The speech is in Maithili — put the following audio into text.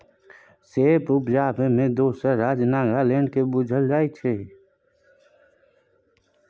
सेब उपजाबै मे दोसर राज्य नागालैंड केँ बुझल जाइ छै